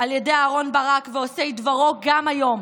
על ידי אהרן ברק ועושי דברו גם היום.